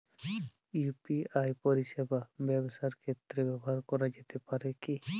UPI পরিষেবা ব্যবসার ক্ষেত্রে ব্যবহার করা যেতে পারে কি?